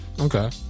Okay